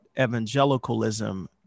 evangelicalism